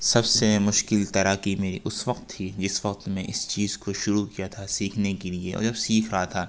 سب سے مشکل تیراکی میری اس وقت تھی جس وقت میں اس چیز کو شروع کیا تھا سیکھنے کے لیے اور جب سیکھ رہا تھا